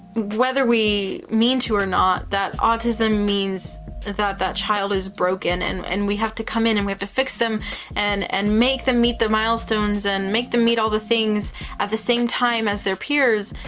whether we mean to or not, that autism means that that child is broken and and we have to come in and we have to fix them and, and make them meet the milestones and make them meet all the things at the same time as their peers.